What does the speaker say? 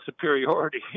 superiority